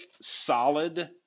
solid